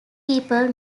people